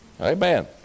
Amen